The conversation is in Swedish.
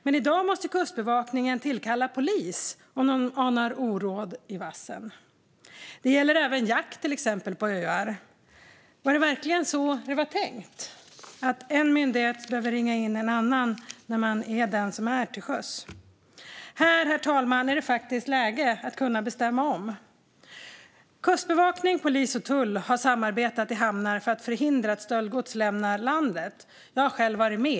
Men i dag måste Kustbevakningen tillkalla polis om de anar oråd i vassen. Det gäller även till exempel jakt på öar. Var det verkligen så här det var tänkt, det vill säga att en myndighet behöver ringa in en annan när man själv är den som befinner sig till sjöss? Här är det läge, herr talman, att kunna bestämma om. Kustbevakning, polis och tull har samarbetat i hamnar för att förhindra att stöldgods lämnar landet. Jag har själv varit med.